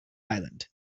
island